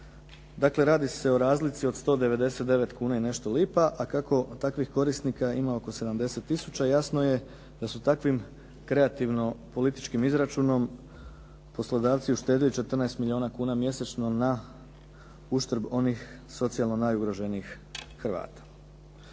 Dakle, radi se o razlici od 199 kuna i nešto lipa, a kako takvih korisnika ima oko 70 tisuća, jasno je da su takvim kreativno političkim izračunom poslodavci uštedi 14 kuna mjesečno na uštrb onih socijalno najugroženijih Hrvata.